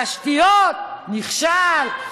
תשתיות, נכשל.